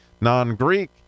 non-greek